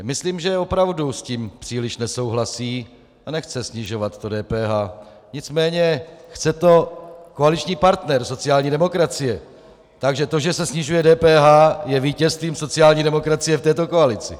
Myslím si, že opravdu s tím příliš nesouhlasí a nechce snižovat DPH, nicméně chce to koaliční partner, sociální demokracie, takže to, že se snižuje DPH, je vítězstvím sociální demokracie v této koalici.